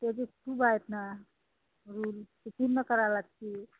project खूप आहेत ना रील ते पूर्ण करावं लागते